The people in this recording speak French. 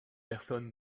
personne